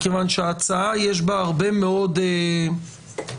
מכיוון שבהצעה יש הרבה מאוד שסתומים,